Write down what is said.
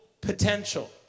potential